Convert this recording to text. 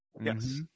yes